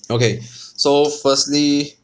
okay so firstly